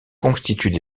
constituent